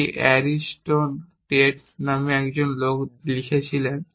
এটি Ariston Tate নামে একজন লোক লিখেছিলেন